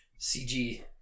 CG